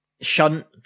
Shunt